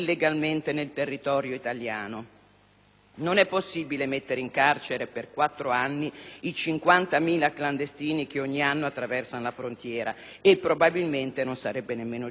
Non è possibile mettere in carcere per quattro anni i 50.000 clandestini che ogni anno attraversano la frontiera e, probabilmente, non sarebbe nemmeno giusto. Non sono tutti delinquenti.